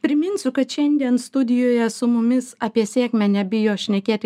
priminsiu kad šiandien studijoje su mumis apie sėkmę nebijo šnekėti